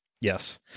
Yes